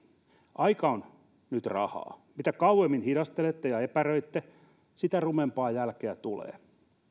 aika on nyt rahaa mitä kauemmin hidastelette ja epäröitte sitä rumempaa jälkeä tulee